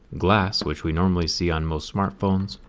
glass, which we normally see on most smartphones.